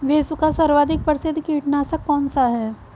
विश्व का सर्वाधिक प्रसिद्ध कीटनाशक कौन सा है?